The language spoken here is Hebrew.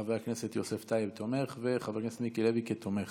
את חבר הכנסת יוסף טייב כתומך ואת חבר הכנסת מיקי לוי כתומך.